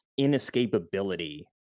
inescapability